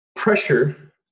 Pressure